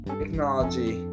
technology